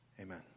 Amen